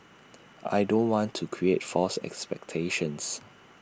I don't want to create false expectations